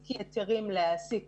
למעסיקים היתרים להעסיק